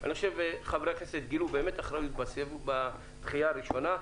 אני חושב שחברי הכנסת גילו באמת אחריות בדחייה הראשונה,